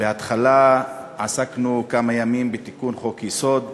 בהתחלה עסקנו כמה ימים בתיקון חוק-יסוד.